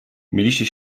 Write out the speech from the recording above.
mieliście